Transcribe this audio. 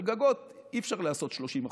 על גגות אי-אפשר לעשות 30%,